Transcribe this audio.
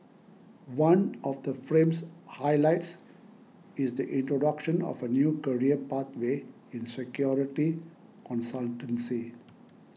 one of the frames highlights is the introduction of a new career pathway in security consultancy